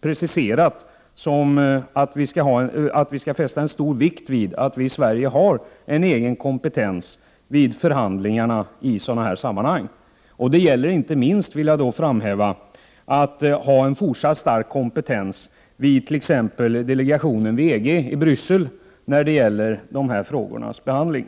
preciserat, nämligen att vi skall fästa stor vikt vid att vi i Sverige har en egen kompetens vid förhandlingarna i sådana sammanhang. Det gäller inte minst att ha en fortsatt stark kompetens inom t.ex. delegationen vid EG i Bryssel beträffande de här frågornas behandling.